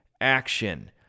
action